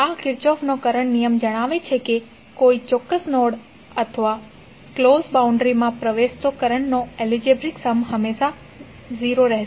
અને આ કિર્ચોફનો કરંટ નિયમ જણાવે છે કે કોઈ ચોક્કસ નોડ અથવા ક્લોસ બાઉંડ્રી માં પ્રવેશતા કરન્ટ્સનો એલજિબ્રિક સમ હંમેશા 0 રહેશે